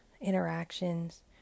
interactions